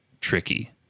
tricky